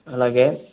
అలాగే